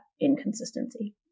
inconsistency